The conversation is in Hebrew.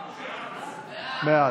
בעד.